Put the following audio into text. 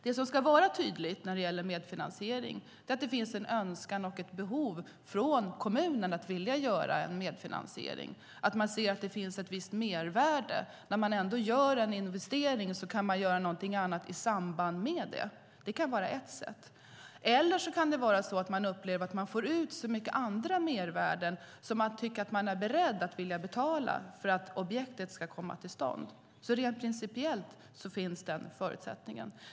Det som ska vara tydligt när det gäller medfinansiering är att det finns en önskan och ett behov från kommunen när det gäller att göra en medfinansiering, att man ser att det finns ett visst mervärde. När man ändå gör en investering kan man göra någonting annat i samband med det. Det kan vara ett sätt. Eller det kan vara så att man upplever att man får ut så mycket andra mervärden att man är beredd att betala för att objektet ska komma till stånd. Rent principiellt finns den förutsättningen.